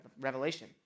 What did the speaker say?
Revelation